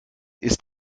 ist